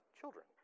children